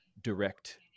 direct